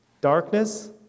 darkness